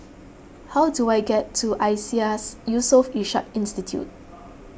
how do I get to Iseas Yusof Ishak Institute